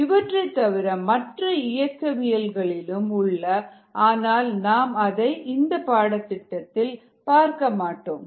இவற்றைத் தவிர மற்ற இயக்கவியல்களும் உள்ளன ஆனால் நாம் அதை இந்த பாடத்திட்டத்தில் பார்க்க மாட்டோம்